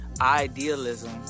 idealism